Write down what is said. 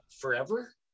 forever